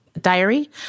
diary